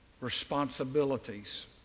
Responsibilities